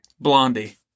blondie